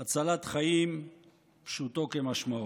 הצלת חיים פשוטו כמשמעו.